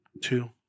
Two